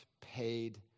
paid